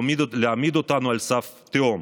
להעמיד אותנו על סף תהום.